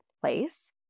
place